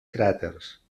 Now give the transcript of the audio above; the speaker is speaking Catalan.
cràters